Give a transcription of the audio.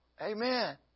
Amen